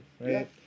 right